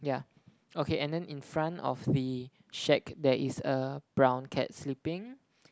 yeah okay and then in front of the shack there is a brown cat sleeping